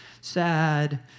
sad